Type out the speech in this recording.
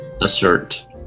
assert